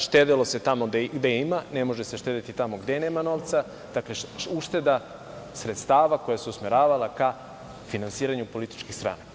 Štedelo se tamo gde ima, ne može se štedeti tamo gde nema novca, dakle ušteda sredstava koja su se usmeravala ka finansiranju političkih stranaka.